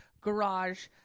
garage